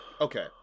Okay